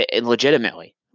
legitimately